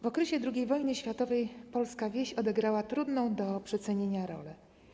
W okresie II wojny światowej polska wieś odegrała trudną do przecenienia rolę.